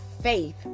faith